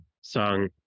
song